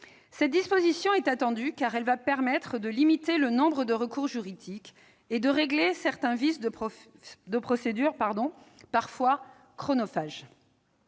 Cette disposition est attendue, car elle va permettre de limiter le nombre de recours juridiques et de régler certains vices de procédure, parfois chronophages.